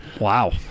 wow